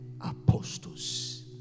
apostles